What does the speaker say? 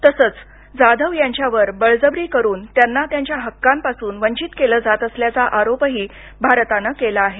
तसंच जाधव यांच्यावर बळजबरी करून त्यांना त्यांच्या हक्कांपासून वंचित केलं जात असल्याचा आरोपही भारतानं केला आहे